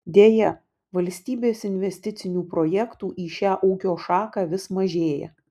deja valstybės investicinių projektų į šią ūkio šaką vis mažėja